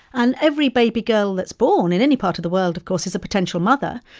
and every baby girl that's born in any part of the world, of course, is a potential mother,